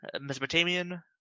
Mesopotamian